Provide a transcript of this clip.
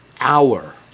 hour